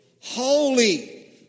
holy